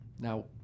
Now